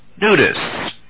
nudists